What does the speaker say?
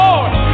Lord